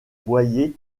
boyer